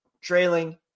trailing